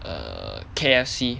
err K_F_C